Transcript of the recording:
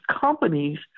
companies